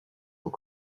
aux